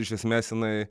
iš esmės jinai